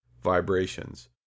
vibrations